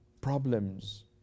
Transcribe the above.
Problems